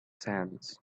sands